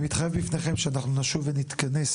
אני מתחייב בפניכם שאנחנו נשוב ונתכנס